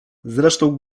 zresztą